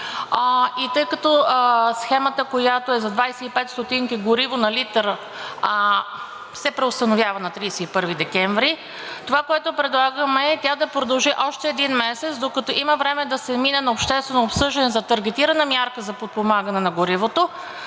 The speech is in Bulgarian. и тъй като схемата, която е за 25 стотинки гориво на литър се преустановява на 31 декември, това, което предлагаме, е, тя да продължи още един месец, докато има време да се мине на обществено обсъждане за таргетирана мярка за подпомагане на горивото.